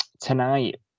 tonight